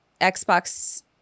Xbox